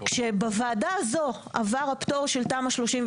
כשבוועדה הזו עבר הפטור של תמ"א 38,